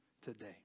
today